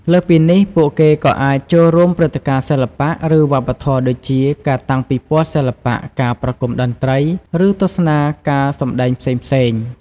លើសពីនេះ ពួកគេក៏អាច ចូលរួមព្រឹត្តិការណ៍សិល្បៈ ឬវប្បធម៌ ដូចជា ការតាំងពិព័រណ៍សិល្បៈ ការប្រគុំតន្ត្រី ឬទស្សនាការសម្ដែងផ្សេងៗ។